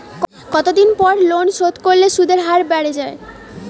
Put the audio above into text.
কতদিন পর লোন শোধ করলে সুদের হার বাড়ে য়ায়?